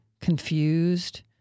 confused